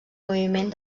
moviment